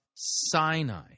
Sinai